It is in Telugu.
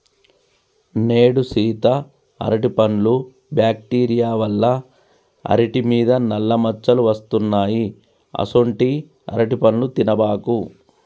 నేడు సీత అరటిపండ్లు బ్యాక్టీరియా వల్ల అరిటి మీద నల్ల మచ్చలు వస్తున్నాయి అసొంటీ అరటిపండ్లు తినబాకు